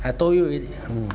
I told you already !aiya!